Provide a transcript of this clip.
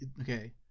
okay